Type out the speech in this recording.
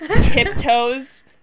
tiptoes